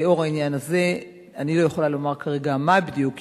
לנוכח העניין הזה אני לא יכולה לומר כרגע מה בדיוק יקרה,